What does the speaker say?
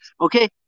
Okay